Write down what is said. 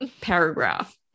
paragraph